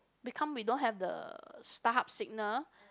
become we don't have the Starhub signal